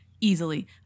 easily